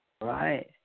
Right